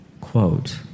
quote